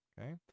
okay